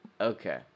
Okay